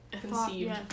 conceived